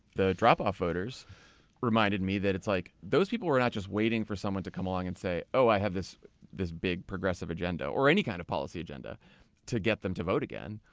the drop off voters reminded me that it's like those people were not just waiting for someone to come along and say, oh, i have this this big progressive agenda, or any kind of policy agenda to get them to vote again.